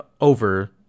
over